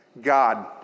God